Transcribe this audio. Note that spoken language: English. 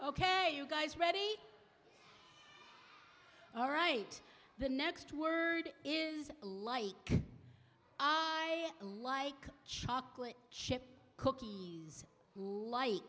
ok you guys ready all right the next word is like i like chocolate chip cookies